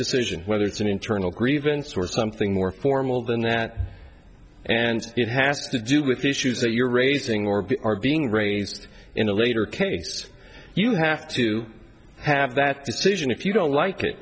decision whether it's an internal grievance or something more formal than that and it has to do with issues that you're raising or are being raised in a later case you have to have that decision if you don't like it